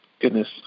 goodness